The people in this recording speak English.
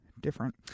different